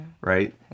right